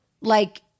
like-